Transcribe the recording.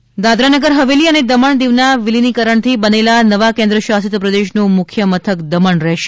દ મણ નવું મથક દાદરા નાગર હવેલી અને દમણ દીવ ના વિલીનીકરણ થી બનેલા નવા કેન્દ્ર શાસિત પ્રદેશ નું મુખ્ય મથક દમણ રહેશે